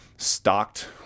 Stocked